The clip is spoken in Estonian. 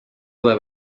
ole